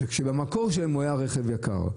וכשבמקור שלו הוא היה רכב יקר.